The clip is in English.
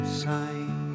sign